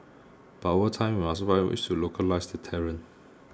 but what time we must find ways to localise the talent